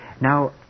Now